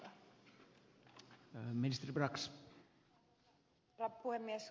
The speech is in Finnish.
arvoisa herra puhemies